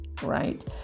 right